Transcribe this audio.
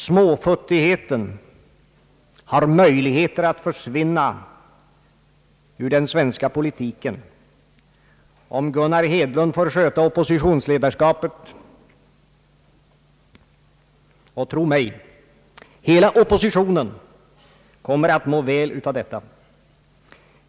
Småfuttigheten har möjligheter att försvinna ur den svenska politiken om Gunnar Hedlund får sköta oppositionsledarskapet, och jag är övertygad om att hela oppositionen kommer att må väl av detta.